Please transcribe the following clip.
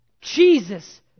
Jesus